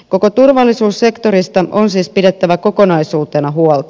koko turvallisuussektorista on siis pidettävä kokonaisuutena huolta